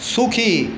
সুখী